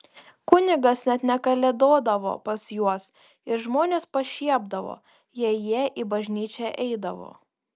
kunigas net nekalėdodavo pas juos ir žmonės pašiepdavo jei jie į bažnyčią eidavo